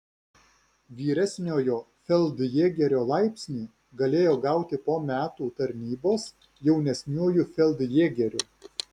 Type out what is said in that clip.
vyresniojo feldjėgerio laipsnį galėjo gauti po metų tarnybos jaunesniuoju feldjėgeriu